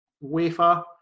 wafer